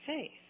faith